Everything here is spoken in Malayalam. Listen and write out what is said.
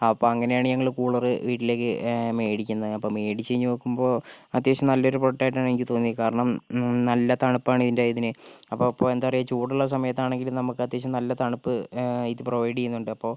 അപ്പോൾ അങ്ങനെയാണ് ഞങ്ങള് കൂളറ് വീട്ടിലേക്ക് മേടിക്കുന്നത് അപ്പോൾ മേടിച്ച് കഴിഞ്ഞു നോക്കുമ്പോൾ അത്യാവശ്യം നല്ലൊരു പ്രോഡക്റ്റായിട്ടാണ് എനിക്ക് തോന്നിയത് കാരണം നല്ല തണുപ്പാണ് ഇതിൻ്റെ ഇതിന് അപ്പോൾ ഇപ്പോൾ എന്താ പറയുക ചൂടുള്ള സമയത്താണെങ്കിലും നമുക്ക് അത്യാവശ്യം നല്ല തണുപ്പ് ഇത് പ്രൊവൈഡ് ചെയ്യുന്നുണ്ട് അപ്പോൾ